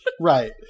Right